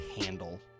handle